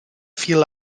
viel